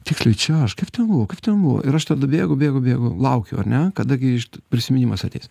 tiksliai čia aš kiek ten buvo kaip ten buvo ir aš tada bėgu bėgu bėgu laukiu ar ne kada grįžt prisiminimas ateis